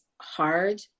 hard